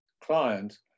client